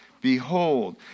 behold